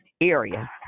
area